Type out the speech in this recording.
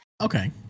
Okay